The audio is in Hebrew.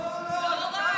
לא, לא, לא.